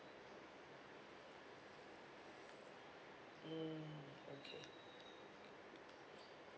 mm okay